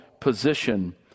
position